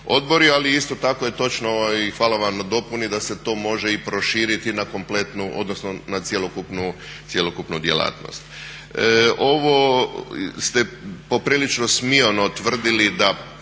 ali isto tako je točno ovo i hvala vam na dopuni, da se to može i proširiti na kompletnu odnosno na cjelokupnu djelatnost. Ovo ste poprilično smiono tvrdili da